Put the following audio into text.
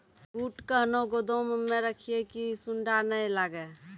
बूट कहना गोदाम मे रखिए की सुंडा नए लागे?